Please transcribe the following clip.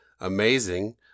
amazing